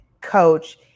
coach